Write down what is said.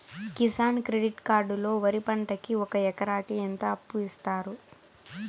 Kisan credit card లో వరి పంటకి ఒక ఎకరాకి ఎంత అప్పు ఇస్తారు?